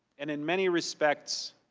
and in many respects,